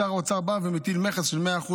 שר האוצר בא ומטיל מכס של 100%,